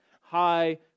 high